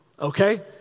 okay